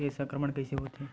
के संक्रमण कइसे होथे?